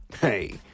hey